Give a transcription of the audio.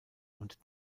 und